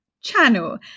channel